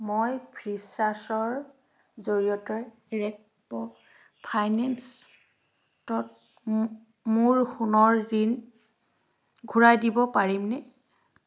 মই ফ্ৰী চাৰ্জৰ জৰিয়তে ৰেপ্ক' ফাইনেন্সত মোৰ সোণৰ ঋণ ঘূৰাই দিব পাৰিমনে